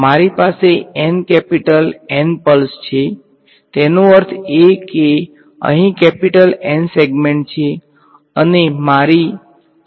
મારી પાસે N capital N pulse છે તેનો અર્થ એ કે અહીં કેપિટલ N સેગમેન્ટ્સ છે અને મારી અન નોન સંખ્યા N N છે